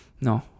No